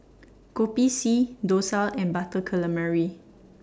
Kopi C Dosa and Butter Calamari